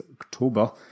October